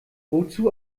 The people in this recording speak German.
wozu